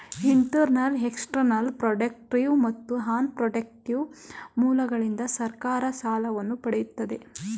internal, external, productive ಮತ್ತು unprotective ಮೂಲಗಳಿಂದ ಸರ್ಕಾರ ಸಾಲವನ್ನು ಪಡೆಯುತ್ತದೆ